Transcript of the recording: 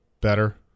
Better